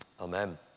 Amen